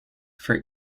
for